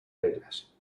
reglas